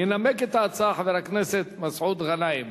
ינמק את ההצעה חבר הכנסת מסעוד גנאים.